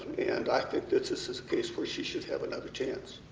and i think that this is a case where she should have another chance.